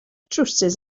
trywsus